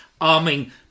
arming